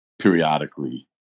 periodically